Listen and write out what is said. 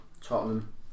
Tottenham